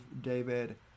David